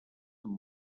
amb